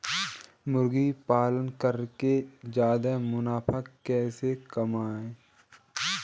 मुर्गी पालन करके ज्यादा मुनाफा कैसे कमाएँ?